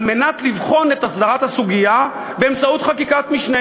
מנת לבחון את הסדרת הסוגיה באמצעות חקיקת משנה.